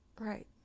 Right